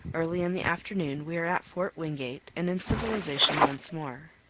early in the afternoon we are at fort wingate and in civilization once more.